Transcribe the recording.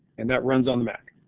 and that runs on the mac.